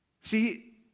See